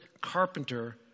carpenter